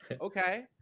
Okay